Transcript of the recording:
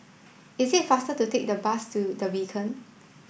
it is faster to take the bus to The Beacon